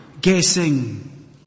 guessing